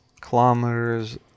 kilometers